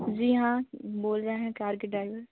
जी हाँ बोल रहें कार के ड्राइवर